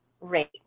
rate